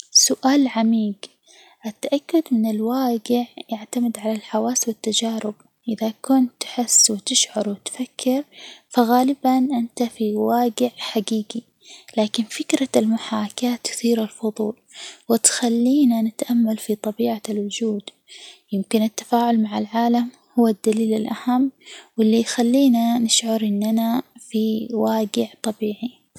سؤال عميق، أعتجد إن الواقع يعتمد على الحواس والتجارب، إذا كنت تحس، وتشعر، وتفكر، فغالبًا أنت في واجع حجيجي، لكن فكرة المحاكاة تثير الفضول، وتخلينا نتأمل في طبيعة الوجود، يمكن التفاعل مع العالم هو الدليل الأهم، واللي يخلينا نشعر أننا في واجع طبيعي.